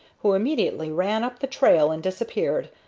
who immediately ran up the trail and disappeared,